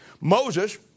Moses